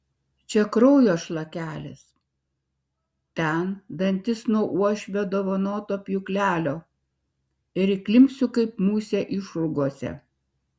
čia kraujo šlakelis ten dantis nuo uošvio dovanoto pjūklelio ir įklimpsiu kaip musė išrūgose